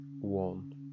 one